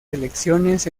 selecciones